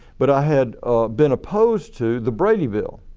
but i had been opposed to the brady bill